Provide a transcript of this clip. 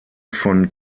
von